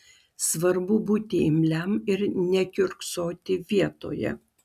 svarbu būti imliam ir nekiurksoti vietoje